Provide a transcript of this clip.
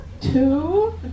Two